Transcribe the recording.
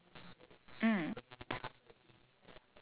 I don't think so okay